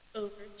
over